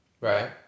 right